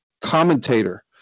commentator